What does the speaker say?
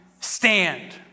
stand